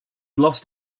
lost